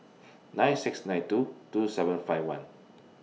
nine six nine two two seven five one